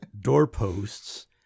doorposts